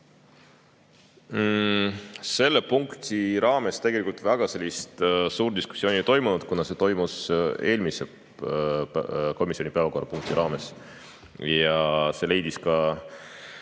Selle punkti raames tegelikult väga suurt diskussiooni ei toimunud, kuna see toimus eelmise komisjoni päevakorrapunkti raames. See leidis ka